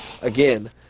again